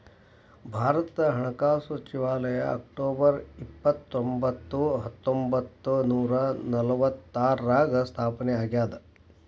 ಭಾರತದ ಹಣಕಾಸು ಸಚಿವಾಲಯ ಅಕ್ಟೊಬರ್ ಇಪ್ಪತ್ತರೊಂಬತ್ತು ಹತ್ತೊಂಬತ್ತ ನೂರ ನಲವತ್ತಾರ್ರಾಗ ಸ್ಥಾಪನೆ ಆಗ್ಯಾದ